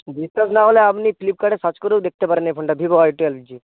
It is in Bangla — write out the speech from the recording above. বিশ্বাস না হলে আপনি ফ্লিপকার্টে সার্চ করেও দেখতে পারেন এই ফোনটা ভিভো ওয়াই টুয়েলভ জি